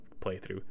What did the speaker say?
playthrough